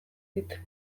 dit